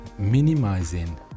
Minimizing